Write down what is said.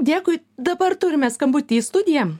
dėkui dabar turime skambutį į studiją